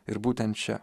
ir būtent čia